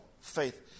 faith